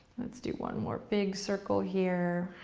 let's do one more big circle here.